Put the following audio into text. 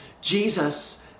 Jesus